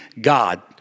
God